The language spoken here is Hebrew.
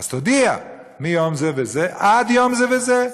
אז תודיע מיום זה וזה עד יום זה וזה.